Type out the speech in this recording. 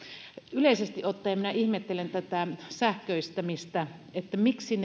yleisesti ottaen minä ihmettelen tätä sähköistämistä miksi